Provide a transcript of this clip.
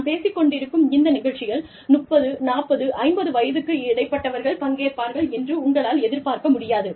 நாம் பேசிக் கொண்டிருக்கும் இந்த நிகழ்ச்சியில் 30 40 50 வயதுக்கு இடைப்பட்டவர்கள் பங்கேற்பார்கள் என்று உங்களால் எதிர்பார்க்க முடியாது